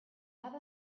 have